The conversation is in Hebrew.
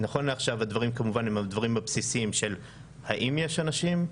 נכון לעכשיו הדברים כמובן עם הדברים הבסיסיים של האם יש אנשים?